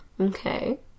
Okay